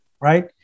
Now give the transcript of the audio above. right